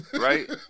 right